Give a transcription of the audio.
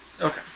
Okay